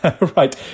Right